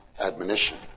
admonition